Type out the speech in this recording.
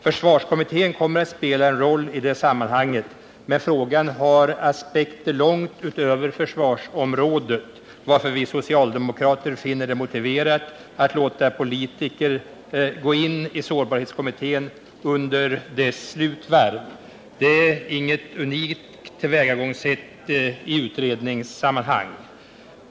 Försvarskommittén kommer att spela 'en roll i detta sammanhang, men frågan har aspekter långt utöver försvarsområdet, varför vi socialdemokrater finner det motiverat att låta politiker gå in i sårbarhetskommittén under dess slutvarv. Det är inget unikt tillvägagångssätt i utredningssammanhang.